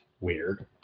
Weird